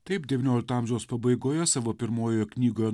taip devyniolikto amžiaus pabaigoje savo pirmojoje knygoje